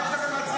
מה יש לכם להציע?